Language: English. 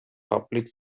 public